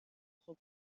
خوب